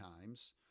times